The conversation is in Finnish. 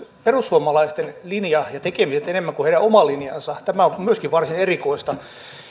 perussuomalaisten linja ja tekemiset enemmän kuin heidän oma linjansa tämä on myöskin varsin erikoista